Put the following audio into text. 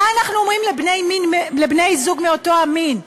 מה אנחנו אומרים לבני-זוג מאותו המין,